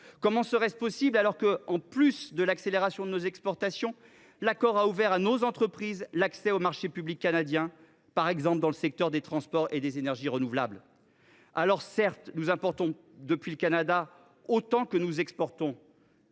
Comment serait ce possible alors que, en plus de l’accélération de nos exportations, l’accord a ouvert à nos entreprises l’accès aux marchés publics canadiens, par exemple dans les secteurs des transports et des énergies renouvelables ? Certes, nous importons depuis le Canada autant que nous exportons.